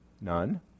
None